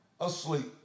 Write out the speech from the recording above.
asleep